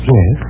Yes